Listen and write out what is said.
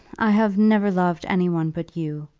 i have never loved any one but you.